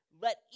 let